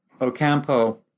Ocampo